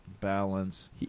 balance